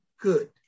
good